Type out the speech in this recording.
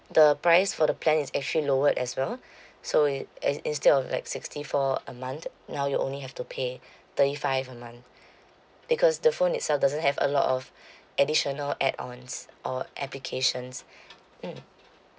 the price for the plan is actually lower as well so it in~ instead of like sixty for a month now you only have to pay thirty five a month because the phone itself doesn't have a lot of additional add ons or applications mm